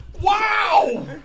Wow